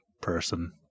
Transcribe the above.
person